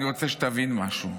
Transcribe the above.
אני רוצה שתבין משהו: